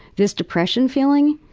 this depression feeling.